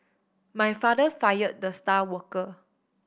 my father fired the star worker